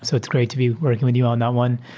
so it's great to be working with you on that one.